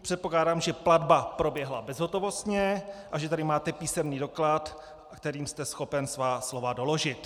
Předpokládám, že platba proběhla bezhotovostně a že tedy máte písemný doklad, kterým jste schopen svá slova doložit.